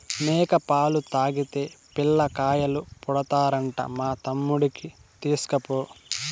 మేక పాలు తాగితే పిల్లకాయలు పుడతారంట మా తమ్ముడికి తీస్కపో